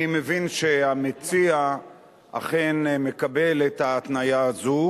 אני מבין שהמציע אכן מקבל את ההתניה הזאת,